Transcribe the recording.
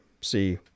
see